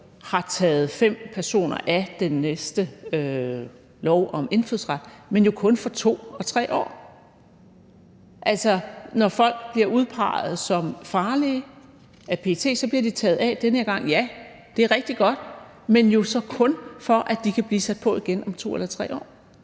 har taget fem personer af det næste forslag til lov om indfødsret, men jo kun for 2 og 3 år. Altså, når folk bliver udpeget som farlige af PET, bliver de taget af den her gang, og ja, det er rigtig godt, men jo så kun, for at de kan blive sat på igen om 2 eller 3 år.